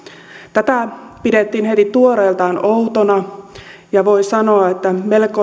tätä pidettiin heti tuoreeltaan outona ja voi sanoa että